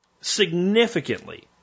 significantly